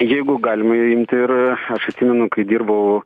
jeigu galima imti ir aš atsimenu kai dirbau